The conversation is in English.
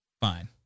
fine